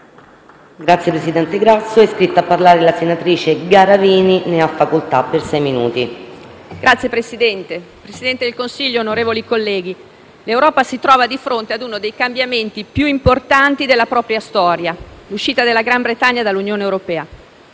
Signor Presidente, signor Presidente del Consiglio, onorevoli colleghi, l'Europa si trova di fronte ad uno dei cambiamenti più importanti della propria storia: l'uscita del Regno Unito dall'Unione europea.